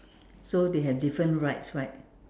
so they have different rides right